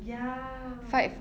ya